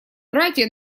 братья